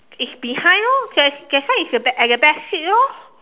it's behind lor that's that's why is a at the back seat lor